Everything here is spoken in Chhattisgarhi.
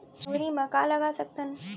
चुहरी म का लगा सकथन?